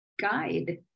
guide